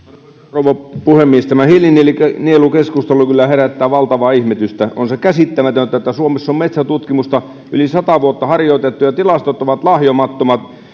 rouva puhemies tämä hiilinielukeskustelu kyllä herättää valtavaa ihmetystä on se käsittämätöntä kun suomessa on metsäntutkimusta yli sata vuotta harjoitettu ja tilastot ovat lahjomattomat